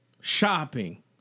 shopping